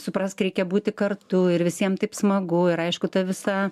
suprask reikia būti kartu ir visiems taip smagu ir aišku ta visa